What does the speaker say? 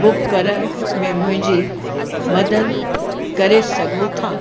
book कर में मुंहिंजी मदद करे सघो था